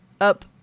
up